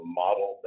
model